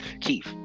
keith